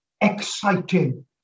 exciting